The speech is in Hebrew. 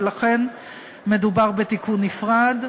ולכן מדובר בתיקון נפרד.